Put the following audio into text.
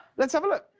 let's have a look.